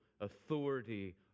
authority